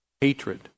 hatred